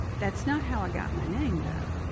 that's not how i got my name though,